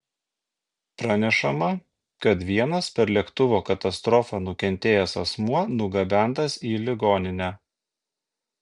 pranešama kad vienas per lėktuvo katastrofą nukentėjęs asmuo nugabentas į ligoninę